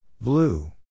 Blue